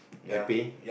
happy